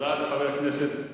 תודה לחבר הכנסת פלסנר.